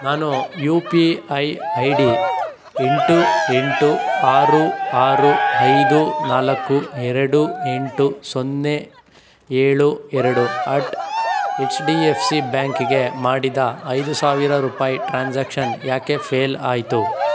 ನಾನು U P I I D ಎಂಟು ಎಂಟು ಆರು ಆರು ಐದು ನಾಲ್ಕು ಎರಡು ಎಂಟು ಸೊನ್ನೆ ಏಳು ಎರಡು at H D F C ಬ್ಯಾಂಕಿಗೆ ಮಾಡಿದ ಐದು ಸಾವಿರ ರೂಪಾಯಿ ಟ್ರಾನ್ಸಾಕ್ಷನ್ ಯಾಕೆ ಫೇಲ್ ಆಯಿತು